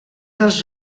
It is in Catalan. dels